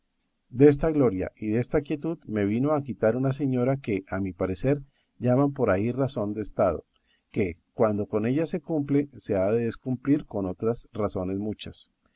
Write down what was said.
holgándose desta gloria y desta quietud me vino a quitar una señora que a mi parecer llaman por ahí razón de estado que cuando con ella se cumple se ha de descumplir con otras razones muchas